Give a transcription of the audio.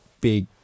big